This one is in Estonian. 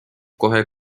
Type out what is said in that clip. kohe